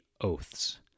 oaths